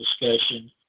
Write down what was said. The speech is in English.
discussion